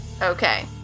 Okay